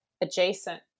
adjacent